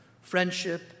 friendship